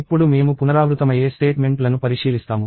ఇప్పుడు మేము పునరావృతమయ్యే స్టేట్మెంట్ లను పరిశీలిస్తాము